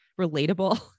relatable